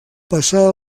passà